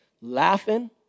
laughing